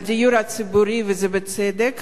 על דיור ציבורי, וזה בצדק,